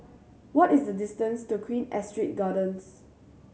what is the distance to Queen Astrid Gardens